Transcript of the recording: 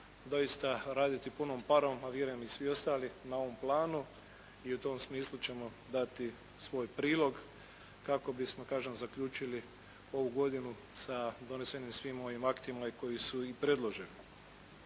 doista raditi punom parom a vjerujem i svi ostali na ovom planu i u tom smislu ćemo dati svoj prilog kako bismo kažem zaključili ovu godinu sa donesenim svim ovim aktima koji su i predloženi.